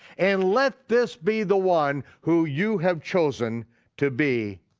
and let this be the one who you have chosen to be